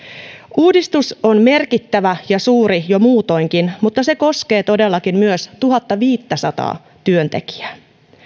uudistus on merkittävä ja suuri jo muutoinkin mutta se koskee todellakin myös tuhattaviittäsataa työntekijää